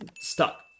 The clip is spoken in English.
stuck